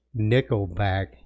Nickelback